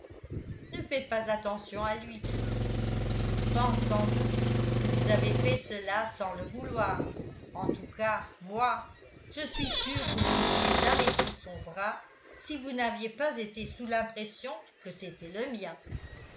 ne faites pas attention à lui kitty il pense sans doute que vous avez fait cela sans le vouloir en tout cas moi je suis sûr que vous n'auriez jamais pris son bras si vous n'aviez pas été sous l'impression que c'était le mien